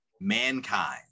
Mankind